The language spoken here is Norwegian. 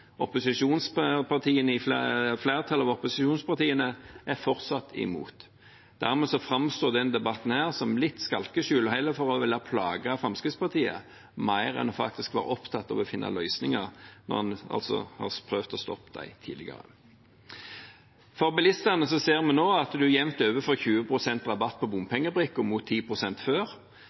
opposisjonspartiene er fortsatt imot. Dermed framstår denne debatten her litt som et skalkeskjul, heller for å ville plage Fremskrittspartiet enn for å være opptatt av å finne løsninger, når en altså har prøvd å stoppe disse tidligere. For bilistene ser vi nå at man jevnt over får 20 pst. rabatt på bompengebrikken, mot 10 pst. før.